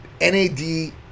NAD